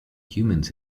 humans